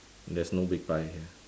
there's no big pie here